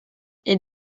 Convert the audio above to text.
est